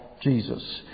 Jesus